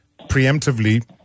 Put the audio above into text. preemptively